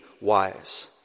wise